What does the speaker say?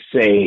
say